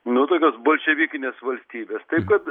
nu tokios bolševikinės valstybės taip kad